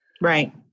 Right